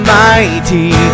mighty